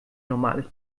normales